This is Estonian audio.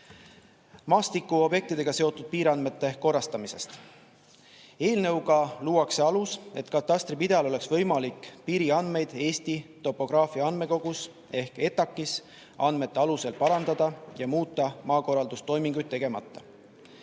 Maastikuobjektidega seotud piiriandmete korrastamisest. Eelnõuga luuakse alus, et katastripidajal oleks võimalik piiriandmeid Eesti topograafia andmekogus ehk ETAK-is andmete alusel parandada ja muuta maakorraldustoiminguid tegemata.